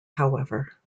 however